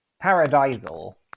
paradisal